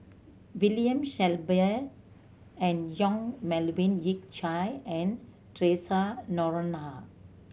William Shellabear and Yong Melvin Yik Chye and Theresa Noronha